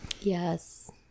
yes